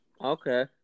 Okay